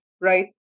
right